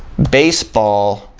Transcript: baseball